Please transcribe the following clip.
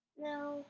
No